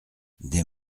des